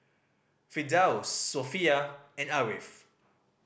Firdaus Sofea and Ariff